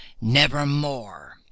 nevermore